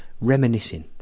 reminiscing